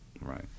right